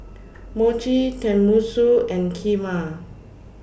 Mochi Tenmusu and Kheema